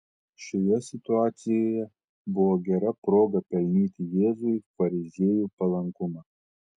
šioje situacijoje buvo gera proga pelnyti jėzui fariziejų palankumą